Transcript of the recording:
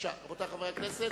רבותי חברי הכנסת,